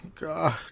God